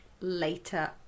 later